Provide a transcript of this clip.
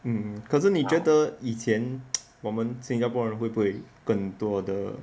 mm 可是你觉得以前 我们新加坡人会不会更多的